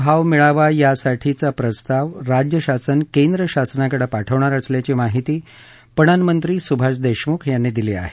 कांद्याला हमी भाव मिळावा यासाठीचा प्रस्ताव राज्य शासन केंद्र शासनाकडं पाठवणार असल्याची माहिती पणन मंत्री सुभाष देशमुख यांनी दिली आहे